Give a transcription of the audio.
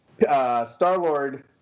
Star-Lord